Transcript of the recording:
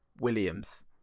Williams